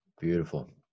Beautiful